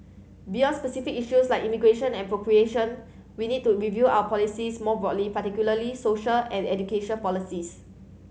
beyond specific issues like immigration and procreation we need to review our policies more broadly particularly social and education policies